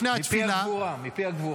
לפני התפילה --- מפי הגבורה.